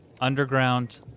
Underground